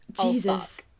Jesus